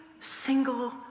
single